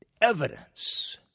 evidence